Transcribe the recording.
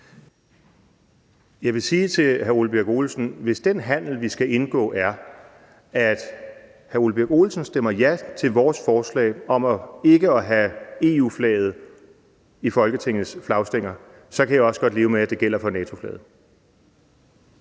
Jeg vil sige til hr. Ole Birk Olesen: Hvis den handel, vi skal indgå, er, at hr. Ole Birk Olesen stemmer ja til vores forslag om ikke at have EU-flaget i Folketingets flagstænger, så kan jeg også godt leve med, at det gælder for NATO-flaget.